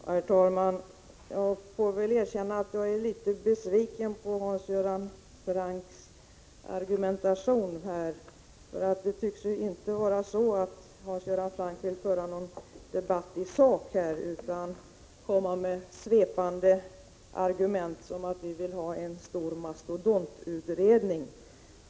Herr talman! Jag får väl erkänna att jag är litet besviken på Hans Göran Francks argumentation. Han tycks ju inte vilja föra någon debatt i sak, utan han kommer med svepande argument om att vi önskar en mastodontutredning.